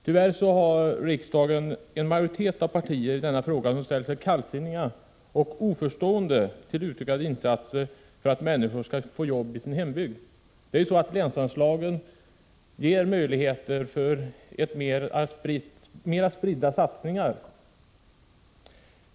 Tyvärr ställer sig en majoritet av riksdagens partier kallsinniga och oförstående till utökade insatser för att människor skall få jobb i sin hembygd. Länsanslagen ger nämligen möjligheter till mera spridda satsningar.